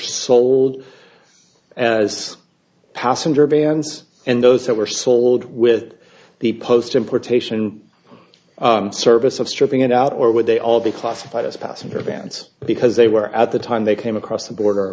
sold as passenger vans and those that were sold with the post importation service of stripping it out or would they all be classified as passenger pants because they were at the time they came across the border